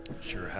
Sure